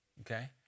Okay